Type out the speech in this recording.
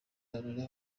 honore